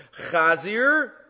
Chazir